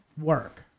work